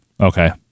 Okay